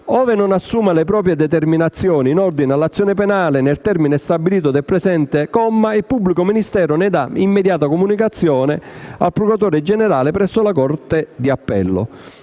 Ove non assuma le proprie determinazioni in ordine all'azione penale nel termine stabilito dal presente comma, il pubblico ministero ne dà immediata comunicazione al procuratore generale presso la corte d'appello».